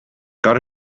got